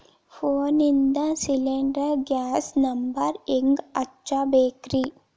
ಫೋನಿಂದ cylinder gas number ಹೆಂಗ್ ಹಚ್ಚ ಬೇಕ್ರಿ?